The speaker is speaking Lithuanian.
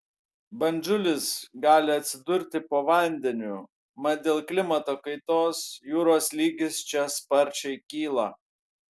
bandžulis gali atsidurti po vandeniu mat dėl klimato kaitos jūros lygis čia sparčiai kyla